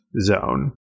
zone